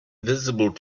visible